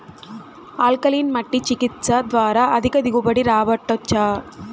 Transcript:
alkaline మట్టి చికిత్స ద్వారా అధిక దిగుబడి రాబట్టొచ్చా